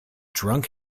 drunk